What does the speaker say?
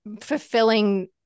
fulfilling